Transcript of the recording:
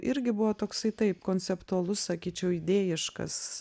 irgi buvo toksai taip konceptualus sakyčiau idėjiškas